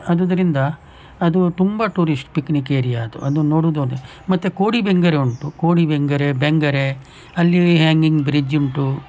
ಆದುದರಿಂದ ಅದು ತುಂಬ ಟೂರಿಸ್ಟ್ ಪಿಕ್ನಿಕ್ ಏರಿಯಾ ಅದು ಅದು ನೋಡುದಿದೆ ಮತ್ತೆ ಕೋಡಿ ಬೆಂಗ್ರೆ ಉಂಟು ಕೋಡಿ ಬೆಂಗ್ರೆ ಬೆಂಗ್ರೆ ಅಲ್ಲಿ ಹ್ಯಾಂಗಿಂಗ್ ಬ್ರಿಜ್ ಉಂಟು